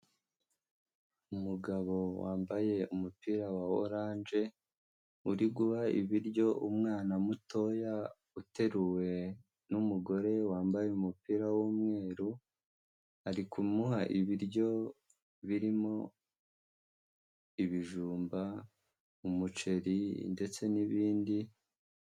Umugabo wambaye umupira wa oranje uri guha ibiryo umwana mutoya uteruwe n'umugore wambaye umupira w'umweru ari kumuha ibiryo birimo: ibijumba, umuceri ndetse n'ibindi.